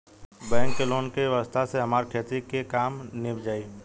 bank के loan के व्यवस्था से हमार खेती के काम नीभ जाई